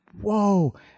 whoa